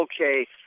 okay